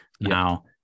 Now